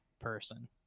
person